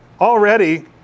Already